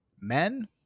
men